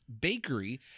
Bakery